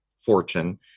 Fortune